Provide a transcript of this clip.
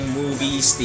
movies